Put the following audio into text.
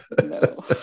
No